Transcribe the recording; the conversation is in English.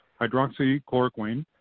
hydroxychloroquine